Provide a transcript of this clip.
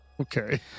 Okay